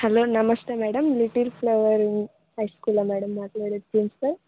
hello నమస్తే madam Little Flower High స్కూలా madam మాట్లేది ప్రిన్సిపల్